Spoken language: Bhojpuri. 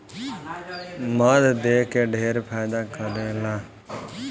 मध देह के ढेर फायदा करेला